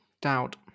Doubt